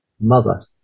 mother